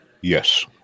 Yes